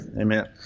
Amen